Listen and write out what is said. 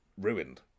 ruined